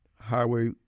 Highway